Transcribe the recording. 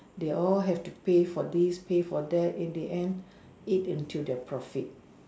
they all have to pay for this pay for that in the end eat into their profit